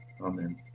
Amen